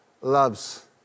loves